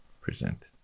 present